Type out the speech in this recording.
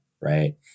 right